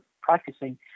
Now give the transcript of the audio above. practicing